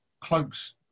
cloaks